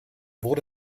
wurde